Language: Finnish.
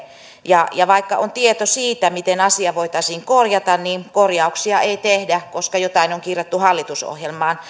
ja ja vaikka on tieto siitä miten asia voitaisiin korjata niin korjauksia ei tehdä koska jotain on kirjattu hallitusohjelmaan